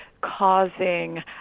causing